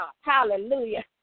hallelujah